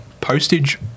postage